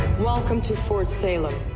welcome to fort salem.